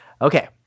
Okay